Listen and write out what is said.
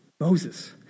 Moses